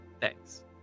Thanks